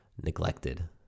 neglected